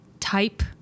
Type